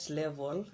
level